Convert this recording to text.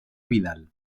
vidal